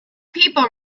people